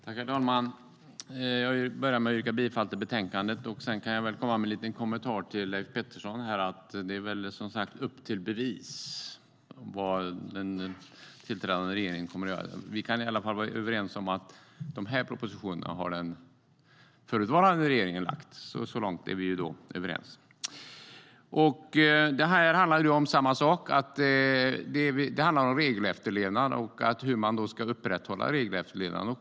Herr talman! Jag börjar med att yrka bifall till utskottets förslag i betänkandet. Sedan kan jag komma med en liten kommentar till Leif Pettersson: Upp till bevis när det gäller vad den nyss tillträdda regeringen kommer att göra! Vi kan i alla fall vara överens om att dessa propositioner har lagts fram av den förutvarande regeringen; så långt är vi överens. Det här handlar om samma sak: regelefterlevnad och hur man ska upprätthålla den.